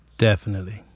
definitely.